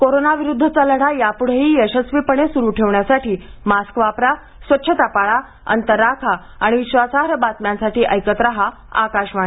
कोरोनाविरुद्धचा लढा यापुढेही यशस्वीपणे सुरू ठेवण्यासाठी मास्क वापरा स्वच्छता पाळा अंतर राखा आणि विश्वासार्ह बातम्यांसाठी ऐकत राहा आकाशवाणी